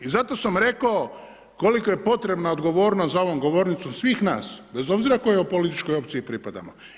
I zato sam rekao kolika je potrebna odgovornost za ovom govornicom svih nas bez obzira kojoj političkoj opciji pripadamo.